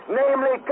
namely